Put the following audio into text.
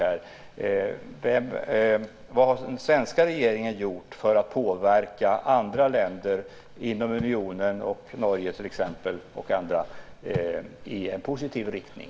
Vad har den svenska regeringen gjort för att påverka andra länder inom unionen och till exempel Norge och andra länder i en positiv riktning?